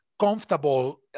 comfortable